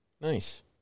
Nice